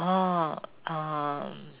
oh oh